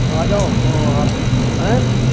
तो आ जाओ औ आप अऍं